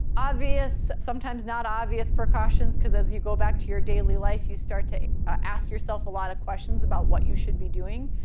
obvious, sometimes not obvious precautions cause as you go back to your daily life, you start to ask yourself a lot of questions about what you should be doing.